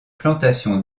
plantation